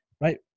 right